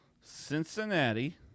Cincinnati